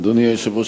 אדוני היושב-ראש,